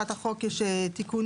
בהצעת החוק יש תיקונים.